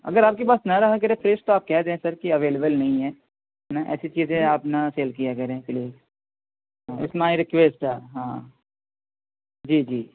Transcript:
اگر آپ کے پاس نہ رہا کرے فریش تو آپ کہہ دیں سر کہ اویلیبل نہیں ہے ورنہ ایسی چیزیں آپ نہ سیل کیا کریں please it's my request sir ہاں جی جی